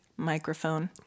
Microphone